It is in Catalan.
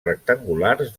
rectangulars